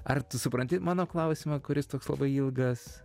ar tu supranti mano klausimą kuris toks labai ilgas